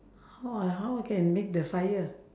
how ah how can make the fire